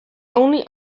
only